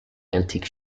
antique